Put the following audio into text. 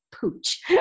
pooch